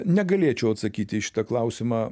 negalėčiau atsakyti į šitą klausimą